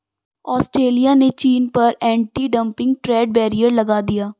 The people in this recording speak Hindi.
ऑस्ट्रेलिया ने चीन पर एंटी डंपिंग ट्रेड बैरियर लगा दिया